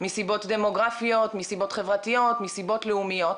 ולקבל התייחסות של הגופים הרלוונטיים.